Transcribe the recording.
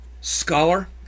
scholar